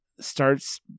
starts